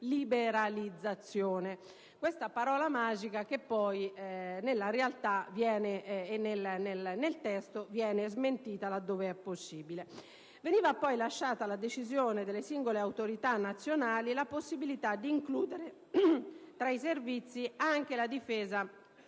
liberalizzazione» (questa parola magica che poi nella realtà e nel testo viene smentita dove è possibile). Veniva poi lasciata alla decisione delle singole autorità nazionali la possibilità di includere tra i servizi anche la difesa dei